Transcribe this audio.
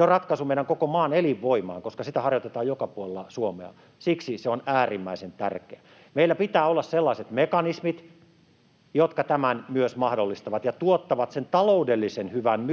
on ratkaisu koko maamme elinvoimaan, koska sitä harjoitetaan joka puolella Suomea — siksi se on äärimmäisen tärkeä. Meillä pitää olla sellaiset mekanismit, jotka tämän myös mahdollistavat ja tuottavat sen taloudellisen hyvän